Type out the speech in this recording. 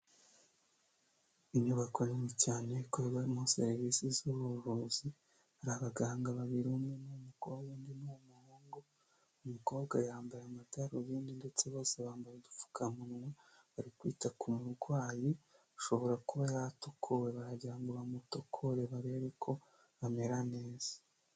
Inyubako nini cyane ikorerwamo serivisi z'ubuvuzi hari abaganga babiri umwe n'umukobwa undi n'umuhungu, umukobwa yambaye amadarubindi ndetse bose bambaye udupfukamunwa bari kwita ku murwayi ashobora kuba yaratokowe baragira ngo bamutokore barebe ko amera neza.